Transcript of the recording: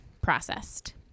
processed